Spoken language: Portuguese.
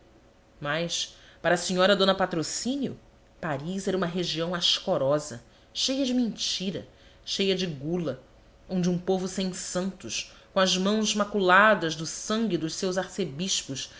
mas para a senhora d patrocínio paris era uma região ascorosa cheia de mentira cheia de gula onde um povo sem santos com as mãos maculadas do sangue dos seus arcebispos